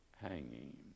hanging